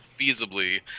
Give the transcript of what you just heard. feasibly